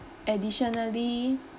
additionally